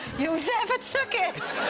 you never took it.